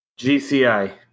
GCI